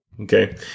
Okay